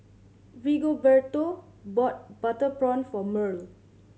Rigoberto bought butter prawn for Mearl